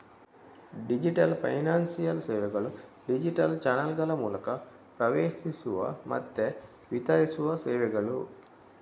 digital financial ಸೇವೆಗಳು digital ಚಾನಲ್ಗಳ ಮೂಲಕ ಪ್ರವೇಶಿಸುವ ಮತ್ತೆ ವಿತರಿಸುವ ಸೇವೆಗಳು